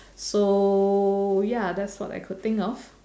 so ya that's what I could think of